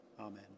Amen